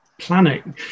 planning